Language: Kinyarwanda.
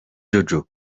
jojo